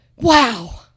wow